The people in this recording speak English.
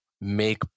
make